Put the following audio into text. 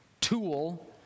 tool